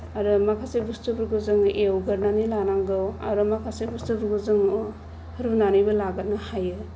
आरो माखासे बुस्तुफोरखौ जोङो एवग्रोनानै लानांगौ आरो माखासे बुस्तुफोरखौ जोङो रुनानैबो लाग्रोनो हायो